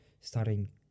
starting